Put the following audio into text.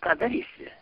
ką darysi